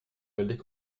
veulent